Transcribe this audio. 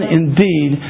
indeed